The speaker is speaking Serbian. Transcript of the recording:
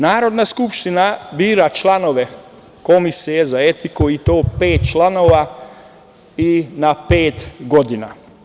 Narodna skupština bira članove komisije za etiku i to pet članova na pet godina.